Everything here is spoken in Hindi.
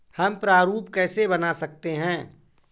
हम प्रारूप कैसे बना सकते हैं?